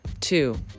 Two